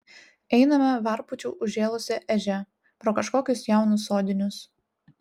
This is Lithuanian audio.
einame varpučiu užžėlusia ežia pro kažkokius jaunus sodinius